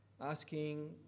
asking